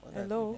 Hello